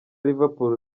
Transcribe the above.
liverpool